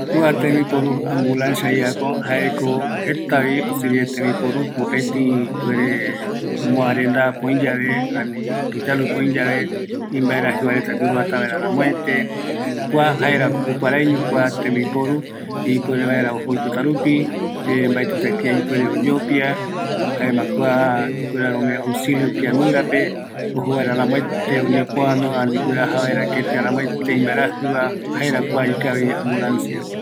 Kua ambulancia jaeko oyeporu imbaerajɨvareta oyereota pɨpe vaera, kua öime oipotarupi ojo vaera, mbaetɨta kia oyopiaiño, kuaretako omborɨ vaera imbaerajɨ vareta